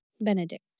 Benedict